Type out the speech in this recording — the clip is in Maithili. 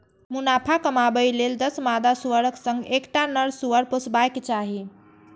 मुनाफा कमाबै लेल दस मादा सुअरक संग एकटा नर सुअर पोसबाक चाही